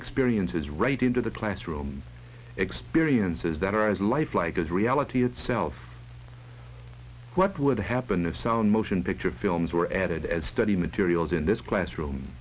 experiences right into the classroom experiences that are as lifelike as reality itself what would happen if sound motion picture films were added as study materials in this classroom